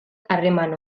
harreman